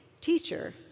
teacher